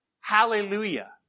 Hallelujah